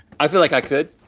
i feel like i could,